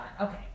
Okay